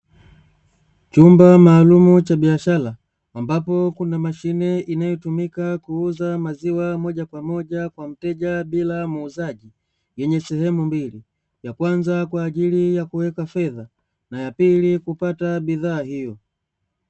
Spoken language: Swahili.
Chumba Cha biashara ambapo kuna mashine inayotumika kuuza maziwa moja kwa moja kwa mteja bila muuzaji yenye sehemu mbili ya kwanza kwa ajili ya kuweka fedha na ya pili kupata bidhaa hiyo.